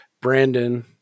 brandon